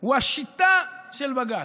הוא השיטה של בג"ץ.